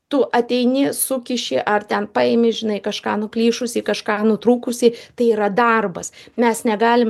tu ateini sukiši ar ten paimi žinai kažką nuplyšusį kažką nutrūkusį tai yra darbas mes negalim